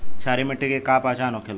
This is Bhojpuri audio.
क्षारीय मिट्टी के का पहचान होखेला?